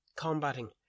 combating